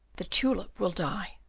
the tulip will die.